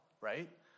right